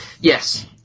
Yes